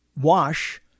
wash